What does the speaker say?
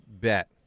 bet